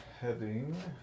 heading